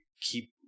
keep